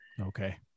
Okay